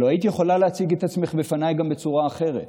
הלוא היית יכולה להציג את עצמך בפניי גם בצורה אחרת,